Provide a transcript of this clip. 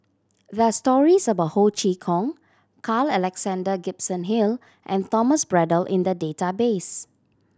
there are stories about Ho Chee Kong Carl Alexander Gibson Hill and Thomas Braddell in the database